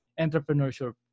entrepreneurship